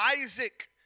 Isaac